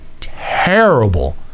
terrible